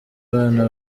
abana